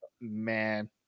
man